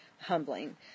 humbling